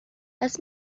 this